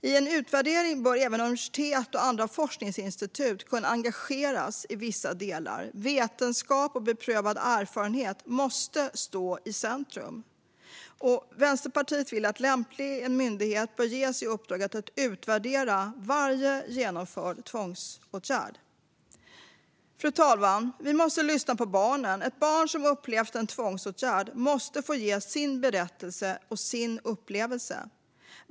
I en utvärdering bör även universitet och andra forskningsinstitut kunna engageras i vissa delar. Vetenskap och beprövad erfarenhet måste stå i centrum. Vänsterpartiet vill att en lämplig myndighet ska ges i uppdrag att utvärdera varje genomförd tvångsåtgärd. Fru talman! Vi måste lyssna på barnen. Ett barn som upplevt en tvångsåtgärd måste få ge sin berättelse och sin upplevelse.